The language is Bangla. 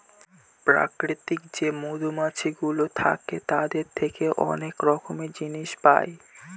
প্রাকৃতিক যে মধুমাছিগুলো থাকে তাদের থেকে অনেক রকমের জিনিস পায়